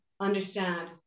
understand